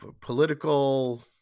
political